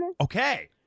Okay